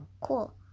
cool